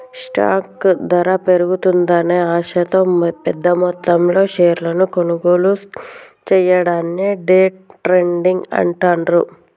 stock ధర పెరుగుతుందనే ఆశతో పెద్దమొత్తంలో షేర్లను కొనుగోలు చెయ్యడాన్ని డే ట్రేడింగ్ అంటాండ్రు